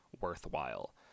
worthwhile